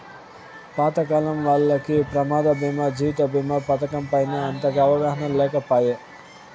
పాతకాలం వాల్లకి ప్రమాద బీమా జీవిత బీమా పతకం పైన అంతగా అవగాహన లేకపాయె